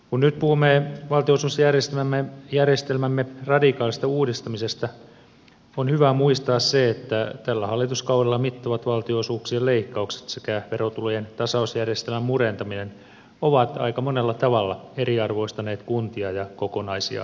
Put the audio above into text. kun nyt puhumme valtionosuusjärjestelmämme radikaalista uudistamisesta on hyvä muistaa se että tällä hallituskaudella mittavat valtionosuuksien leikkaukset sekä verotulojen tasausjärjestelmän murentaminen ovat aika monella tavalla eriarvoistaneet kuntia ja kokonaisia alueita